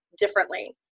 differently